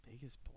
Biggest